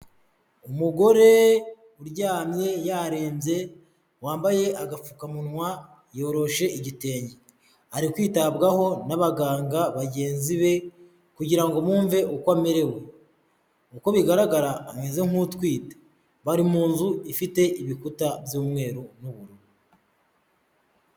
Umugore uryamye yarembye, wambaye agapfukamunwa, yoroshe igitenge, ari kwitabwaho n'abaganga bagenzi be kugira ngo bumve uko amerewe, uko bigaragara ameze nk'utwite, bari mu nzu ifite ibikuta by'umweru n'ubururu.